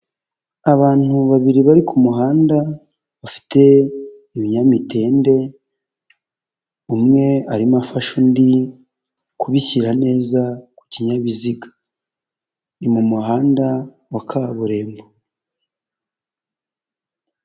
Abantu babiri bari ku muhanda, bafite ibinyamitende, umwe arimo afasha undi, kubishyira neza kukinyabiziga, ni mu muhanda wa kaburimbo.